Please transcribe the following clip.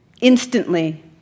Instantly